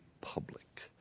public